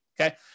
okay